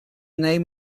name